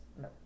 No